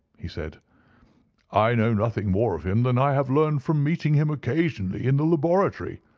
he said i know nothing more of him than i have learned from meeting him occasionally in the laboratory.